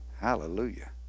Hallelujah